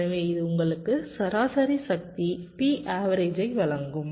எனவே இது உங்களுக்கு சராசரி சக்தி Pavg ஐ வழங்கும்